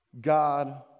God